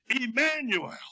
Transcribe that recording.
Emmanuel